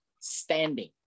standing